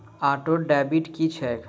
Auto debit की छैक?